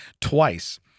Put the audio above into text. twice